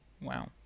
Wow